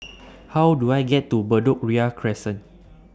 How Do I get to Bedok Ria Crescent